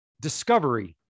Discovery